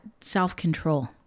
self-control